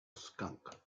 skunk